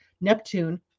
Neptune